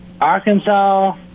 Arkansas